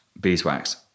beeswax